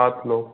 सात लोग